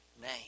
name